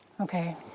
Okay